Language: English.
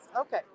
Okay